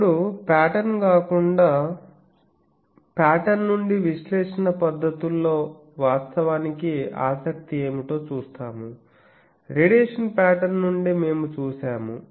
ఇప్పుడు పాటర్న్ కాకుండా పాటర్న్ నుండి విశ్లేషణ పద్ధతుల్లో వాస్తవానికి ఆసక్తి ఏమిటో చూస్తాము రేడియేషన్ పాటర్న్ నుండి మేము చూశాము